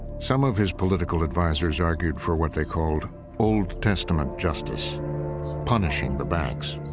some of his political advisers argued for what they called old testament justice punishing the banks.